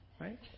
Right